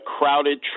crowded